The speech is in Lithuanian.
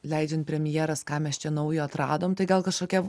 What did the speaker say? leidžiant premjeras ką mes čia naujo atradom tai gal kažkokia